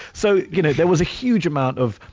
so you know there was a huge amount of.